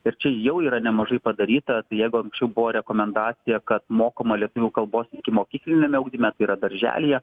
ir čia jau yra nemažai padaryta tai jeigu anksčiau buvo rekomendacija kad mokoma lietuvių kalbos ikimokykliniame ugdyme tai yra darželyje